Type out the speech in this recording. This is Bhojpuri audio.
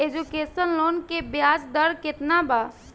एजुकेशन लोन के ब्याज दर केतना बा?